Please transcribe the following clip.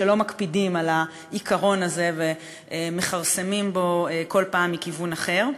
שלא מקפידים על העיקרון הזה ומכרסמים בו כל פעם מכיוון אחר.